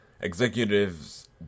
executives